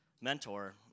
mentor